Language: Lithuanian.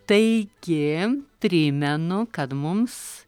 taigi primenu kad mums